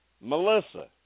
Melissa